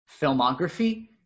filmography